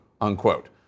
unquote